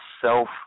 self